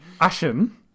Ashen